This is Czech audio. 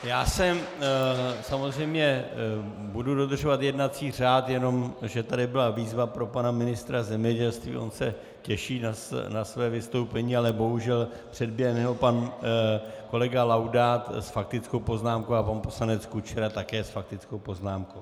Já samozřejmě budu dodržovat jednací řád, jenomže tady byla výzva pro pana ministra zemědělství, on se těší na své vystoupení, ale bohužel předběhne ho pan kolega Laudát s faktickou poznámkou a pan poslanec Kučera také s faktickou poznámkou.